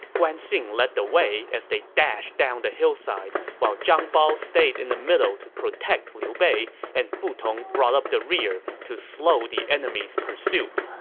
guan xing led the way as they dashed down the hillside, while zhang bao stayed in the middle to protect liu bei, and fu tong brought up the rear to slow the enemy's pursuit.